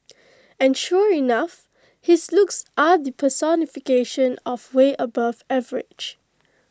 and sure enough his looks are the personification of way above average